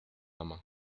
ama